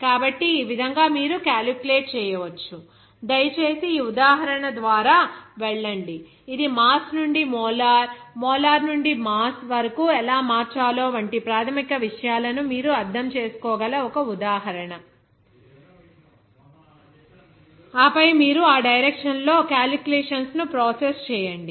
కాబట్టి ఈ విధంగా మీరు క్యాలిక్యులేట్ చేయవచ్చు దయచేసి ఈ ఉదాహరణ ద్వారా వెళ్ళండి ఇది మాస్ నుండి మోలార్ మోలార్ నుండి మాస్ వరకు ఎలా మార్చాలో వంటి ప్రాథమిక విషయాలను మీరు అర్థం చేసుకోగల ఒక ఉదాహరణ ఆపై మీరు ఆ డైరెక్షన్ లో క్యాలిక్యులేషన్స్ ను ప్రాసెస్ చేయండి